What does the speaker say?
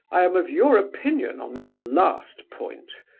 i am of your opinion on that last point,